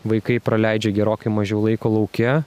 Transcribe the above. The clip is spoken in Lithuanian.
vaikai praleidžia gerokai mažiau laiko lauke